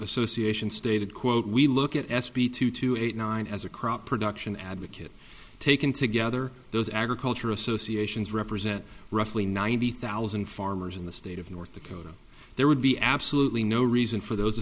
association stated quote we look at s b two two eight nine as a crop production advocate taken together those agriculture associations represent roughly ninety thousand farmers in the state of north dakota there would be absolutely no reason for those